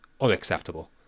Unacceptable